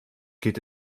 geht